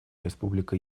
республика